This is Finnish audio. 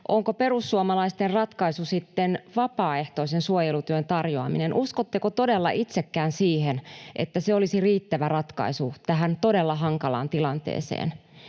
onko perussuomalaisten ratkaisu sitten vapaaehtoisen suojelutyön tarjoaminen. Uskotteko todella itsekään siihen, että se olisi riittävä ratkaisu tähän todella hankalaan tilanteeseen?